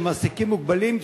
שמעסיקים מוגבלים,